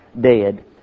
dead